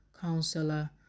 counselor